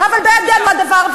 אבל בידינו הדבר,